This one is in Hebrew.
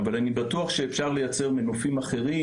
אבל אני בטוח שאפשר לייצר מנופים אחרים,